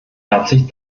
herzlich